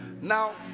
Now